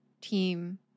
team